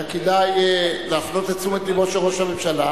היה כדאי להפנות את תשומת לבו של ראש הממשלה,